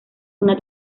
una